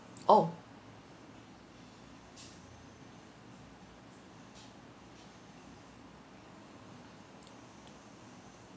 oh